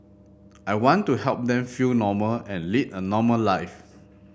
I want to help them feel normal and lead a normal life